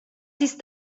ist